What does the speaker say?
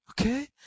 Okay